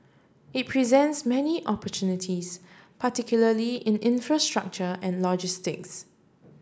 it presents many opportunities particularly in infrastructure and logistics